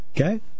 okay